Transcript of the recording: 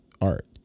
art